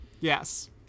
Yes